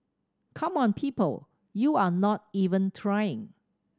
come on people you're not even try